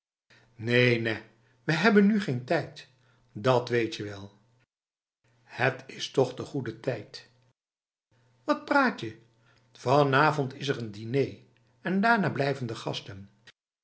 neen nèh we hebben nu geen tijd dat weetje wel het is toch de goede tijdf wat praat je vanavond is er een diner en daarna blijven de gasten